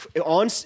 on